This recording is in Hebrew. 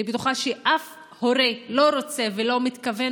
אני בטוחה שאף הורה לא רוצה ולא מתכוון